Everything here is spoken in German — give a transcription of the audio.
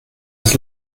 des